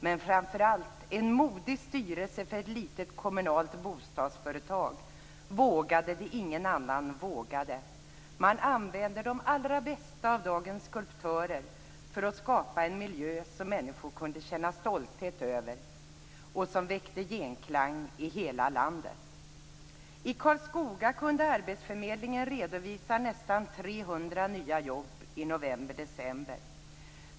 Men framför allt: En modig styrelse för ett litet kommunalt bostadsföretag vågade det ingen annan vågade. Man använde de allra bästa av dagens skulptörer för att skapa en miljö som människor kunde känna stolthet över och som väckte genklang i hela landet. I Karlskoga kunde arbetsförmedlingen redovisa nästan 300 nya jobb i november/december.